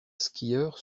skieurs